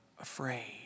afraid